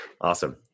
Awesome